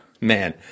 Man